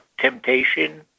temptation